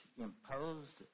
imposed